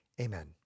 Amen